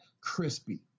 crispy